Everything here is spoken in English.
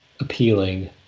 appealing